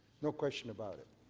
no question about it.